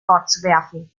vorzuwerfen